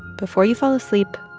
before you fall asleep,